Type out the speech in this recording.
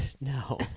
No